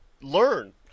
learn